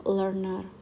learner